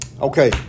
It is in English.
Okay